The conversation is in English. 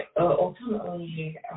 ultimately